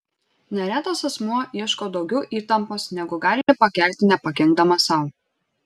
neretas asmuo ieško daugiau įtampos negu gali pakelti nepakenkdamas sau